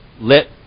let